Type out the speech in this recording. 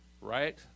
right